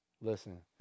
listen